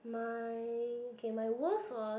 my okay my worst was